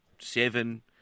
seven